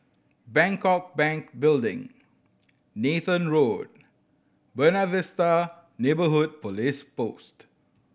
Bangkok Bank Building Nathan Road Buona Vista Neighbourhood Police Post